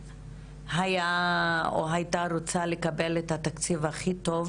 היה או הייתה רוצה לקבל את התקציב הכי טוב